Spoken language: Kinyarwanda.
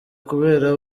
kubera